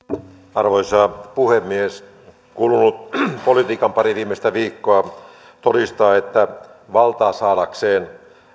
arvoisa puhemies kulunut politiikan pari viimeistä viikkoa todistaa että valtaa saadakseen